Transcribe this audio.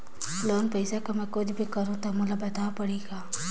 Loan पइसा कर मै कुछ भी करहु तो मोला बताव पड़ही का?